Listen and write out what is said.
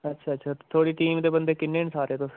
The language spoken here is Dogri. अच्छा अच्छा थुआढ़ी टीम दे बंदे किन्ने न सारे तुस